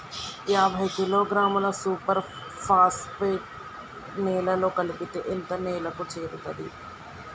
యాభై కిలోగ్రాముల super phosphate నేలలో కలిపితే ఎంత నేలకు చేరుతది?